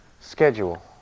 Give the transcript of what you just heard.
Schedule